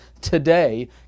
today